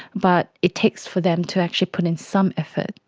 but it takes for them to actually put in some effort.